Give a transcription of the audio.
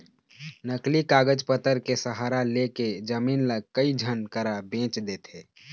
नकली कागज पतर के सहारा लेके जमीन ल कई झन करा बेंच देथे